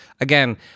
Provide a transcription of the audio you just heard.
Again